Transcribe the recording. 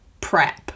prep